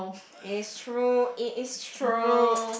it is true it is true